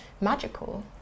magical